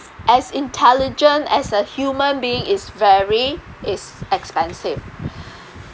as intelligent as a human being is very it's expensive